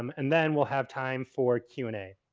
um and then we'll have time for q and a.